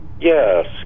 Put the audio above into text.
Yes